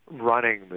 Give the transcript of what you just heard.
running